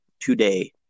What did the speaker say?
today